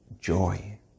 joy